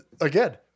again